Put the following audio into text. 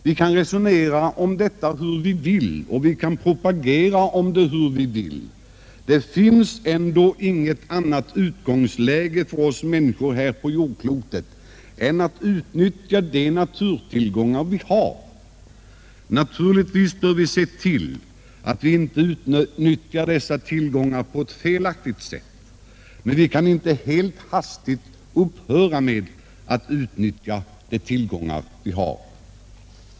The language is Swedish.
Vi kan resonera om detta hur vi vill och vi kan propagera hur vi vill — det finns ändå inget annat utgångsläge för oss människor än att vi måste utnyttja de naturtillgångar vi har. Naturligtvis bör vi se till att vi inte utnyttjar dessa tillgångar på ett felaktigt sätt, men vi kan inte helt hastigt upphöra med att utnyttja de tillgångar som finns.